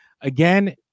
Again